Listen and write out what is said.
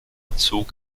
zog